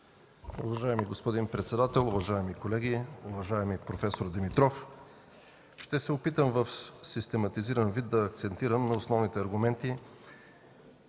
Уважаеми господин председател, уважаеми колеги, уважаеми проф. Димитров! Ще се опитам в систематизиран вид да акцентирам на основните аргументи,